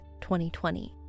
2020